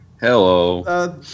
Hello